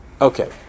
Okay